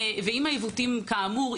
כאמור,